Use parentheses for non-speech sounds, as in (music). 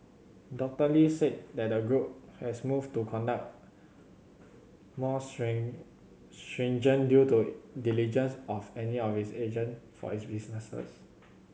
Doctor Lee said that the group has moved to conduct more (unintelligible) stringent due to diligence of any (unintelligible) agent for its businesses